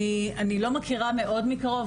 אני לא מכירה מאוד מקרוב,